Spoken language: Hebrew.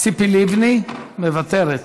ציפי לבני, מוותרת,